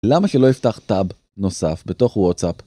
למה שלא אפתח טאב נוסף בתוך וואטסאפ?